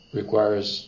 requires